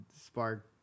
spark